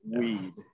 weed